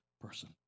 person